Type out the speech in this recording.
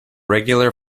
regular